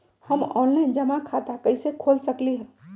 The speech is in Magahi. हम ऑनलाइन जमा खाता कईसे खोल सकली ह?